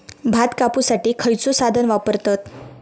भात कापुसाठी खैयचो साधन वापरतत?